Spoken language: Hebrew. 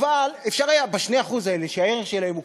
אבל אפשר היה ב-2% האלה שהערך שלהם הוא,